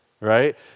right